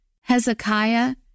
Hezekiah